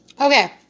Okay